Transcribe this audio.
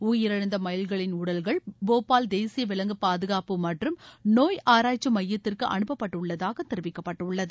உயிரிழந்த மயில்களின் உடல்கள் போபால் தேசிய விலங்கு பாதுகாப்பு மற்றும் நோய் ஆராய்ச்சி மையத்திற்கு அனுப்பப்பட்டுள்ளதாக தெரிவிக்கப்பட்டுள்ளது